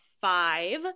five